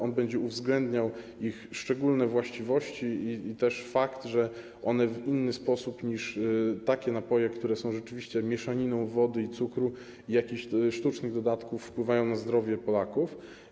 On będzie uwzględniał ich szczególne właściwości i fakt, że one w inny sposób niż takie napoje, które są rzeczywiście mieszaniną wody, cukru i jakichś sztucznych dodatków, wpływają na zdrowie Polaków.